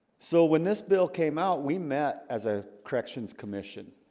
so when this bill came out we met as a corrections commission